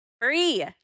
free